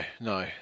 no